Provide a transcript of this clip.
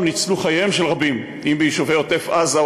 ניצלו חייהם של רבים ביישובי עוטף-עזה.